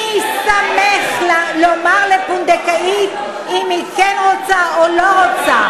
מי שמך לומר לפונדקאית אם היא כן רוצה או לא רוצה?